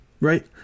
Right